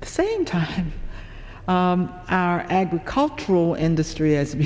the same time our agricultural industry has